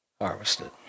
harvested